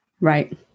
Right